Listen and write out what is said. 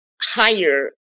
higher